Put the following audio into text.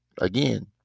again